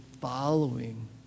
following